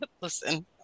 listen